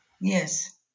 Yes